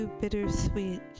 bittersweet